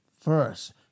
First